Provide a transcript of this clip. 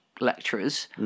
lecturers